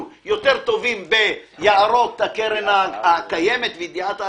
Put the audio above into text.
יותר טובים ביערות הקרן הקיימת וידיעת הארץ.